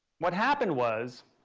what happened was,